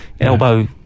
Elbow